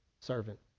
servant